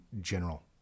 general